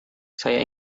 saya